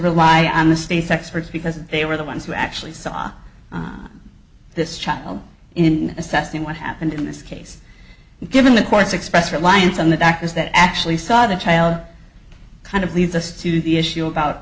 rely on the state's experts because they were the ones who actually saw this child in assessing what happened in this case and given the course express reliance on the fact is that actually saw the child kind of leads us to the issue about